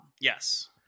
Yes